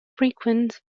frequent